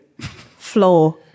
Floor